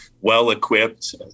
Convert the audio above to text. well-equipped